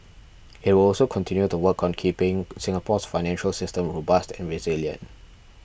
it will also continue to work on keeping Singapore's financial system robust and resilient